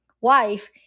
wife